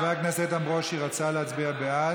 חבר הכנסת, איתן ברושי רצה להצביע בעד.